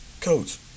Coach